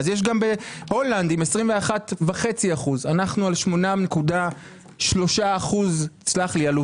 אז יש גם בהולנד 21.5%. אנחנו על 8.3% עלובים.